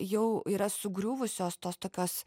jau yra sugriuvusios tos tokios